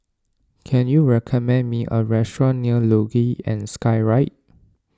can you recommend me a restaurant near Luge and Skyride